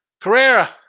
Carrera